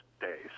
days